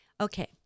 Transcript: okay